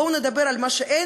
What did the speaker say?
בואו נדבר על מה שאין,